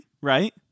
right